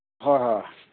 ꯍꯣꯏ ꯍꯣꯏ